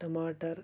ٹماٹر